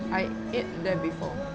I ate there before